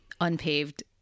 unpaved